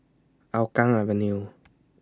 Hougang Avenue